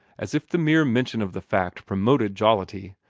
as if the mere mention of the fact promoted jollity.